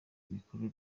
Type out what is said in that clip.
mikuru